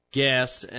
guest